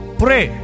pray